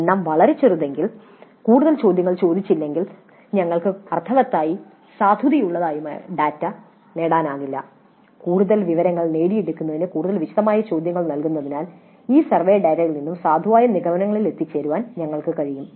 എണ്ണം വളരെ ചെറുതായതിനാൽ കൂടുതൽ ചോദ്യങ്ങൾ ചോദിച്ചില്ലെങ്കിൽ ഞങ്ങൾക്ക് അർത്ഥവത്തായതും സാധുതയുള്ളതുമായ ഡാറ്റ നേടാനാകില്ല കൂടുതൽ വിവരങ്ങൾ നേടിയെടുക്കുന്നതിന് കൂടുതൽ വിശദമായി ചോദ്യങ്ങൾ നൽകുന്നതിനാൽ ഈ സർവേ ഡാറ്റയിൽ നിന്നും സാധുവായ നിഗമനങ്ങളിൽ എത്തിച്ചേരാൻ ഞങ്ങൾക്ക് കഴിയും